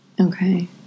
Okay